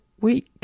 week